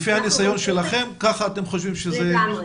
לפי הניסיון שלכם ומה אתם חושבים שצריך להיות.